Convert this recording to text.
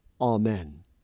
Amen